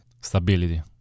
stability